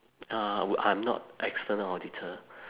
uh would I'm not external auditor